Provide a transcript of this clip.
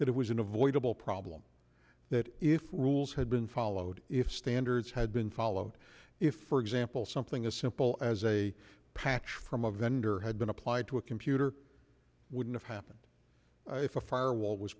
that it was an avoidable problem that if rules had been follow if standards had been followed if for example something as simple as a patch from a vendor had been applied to a computer wouldn't happen if a fire wall was